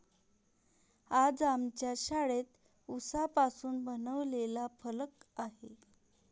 आज आमच्या शाळेत उसापासून बनवलेला फलक आहे